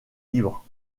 libre